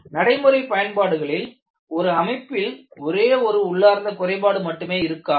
நடைமுறை பயன்பாடுகளில் ஒரு அமைப்பில் ஒரே ஒரு உள்ளார்ந்த குறைபாடு மட்டுமே இருக்காது